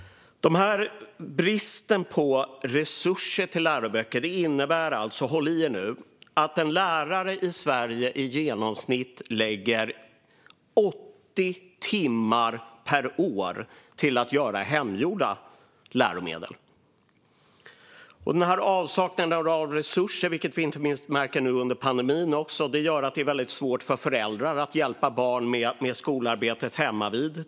Bristen på resurser till läroböcker innebär - håll i er nu - att en lärare i Sverige i genomsnitt lägger 80 timmar per år på att göra hemgjorda läromedel. Denna avsaknad av resurser, vilken vi inte minst märker nu under pandemin, gör att det är väldigt svårt för föräldrar att till exempel hjälpa barn med skolarbetet hemmavid.